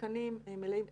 תקנים מלאים,